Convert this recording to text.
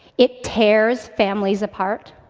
it tears families apart.